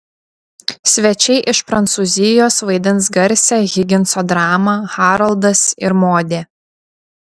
svečiai iš prancūzijos vaidins garsią higinso dramą haroldas ir modė